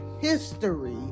history